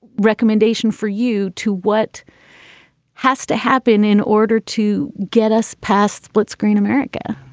recommendation for you to what has to happen in order to get us past splitscreen america